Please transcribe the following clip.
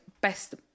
best